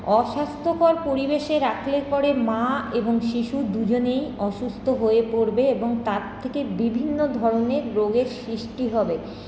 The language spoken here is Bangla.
অস্বাস্থ্যকর পরিবেশে রাখলে পরে মা এবং শিশু দুজনেই অসুস্থ হয়ে পরবে এবং তার থেকে বিভিন্ন ধরনের রোগের সৃষ্টি হবে